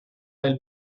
del